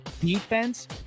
defense